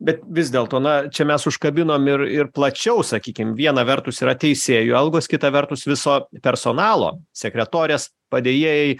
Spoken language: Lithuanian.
bet vis dėlto na čia mes užkabinom ir ir plačiau sakykim viena vertus yra teisėjų algos kita vertus viso personalo sekretorės padėjėjai